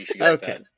Okay